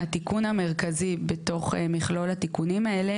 התיקון המרכזי בתוך מכלול התיקונים האלה